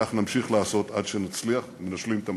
כך נמשיך לעשות עד שנצליח ונשלים את המלאכה.